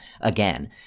again